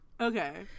Okay